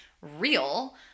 real